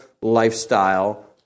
lifestyle